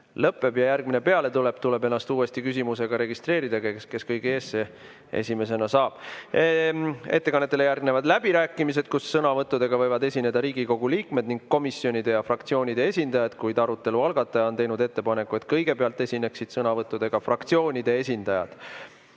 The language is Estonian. ettekanne lõpeb, tuleb ennast uuesti küsijaks registreerida. Kes kõige ees, see esimesena saab. Ettekannetele järgnevad läbirääkimised, kus võivad sõnavõttudega esineda Riigikogu liikmed ning komisjonide ja fraktsioonide esindajad, kuid arutelu algataja on teinud ettepaneku, et kõigepealt esineksid sõnavõttudega fraktsioonide esindajad.